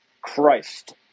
christ